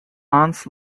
ants